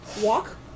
walk